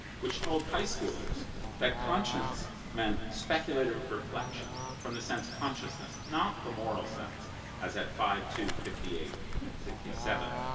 which told high schoolers that conscience meant speculative reflection from the sense consciousness not the moral sense as at five, two, fifty eight and sixty seven.